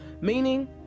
meaning